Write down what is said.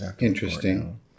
Interesting